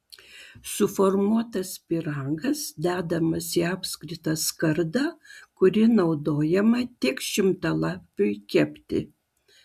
suformuotas pyragas dedamas į apskritą skardą kuri naudojama tik šimtalapiui kepti